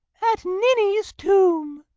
at ninny's tomb.